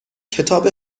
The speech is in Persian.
کتاب